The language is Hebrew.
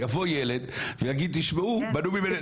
יבוא ילד ויגיד, תשמעו, מנעו ממני.